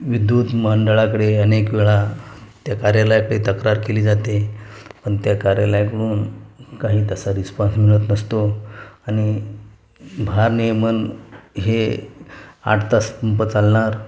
विद्युत मंडळाकडे अनेक वेळा त्या कार्यालयाकडे तक्रार केली जाते पण त्या कार्यालयाकडून काही तसा रिस्पॉन्स मिळत नसतो आणि भारनियमन हे आठ तास प चालणार